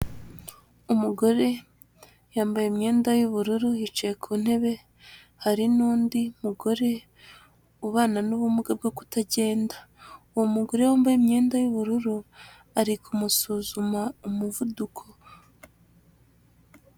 Umugore yambaye imyenda y'ubururu yicaye ku ntebe, hari n'undi mugore ubana n'ubumuga bwo kutagenda, uwo mugore wambaye imyenda y'ubururu ari kumusuzuma umuvuduko.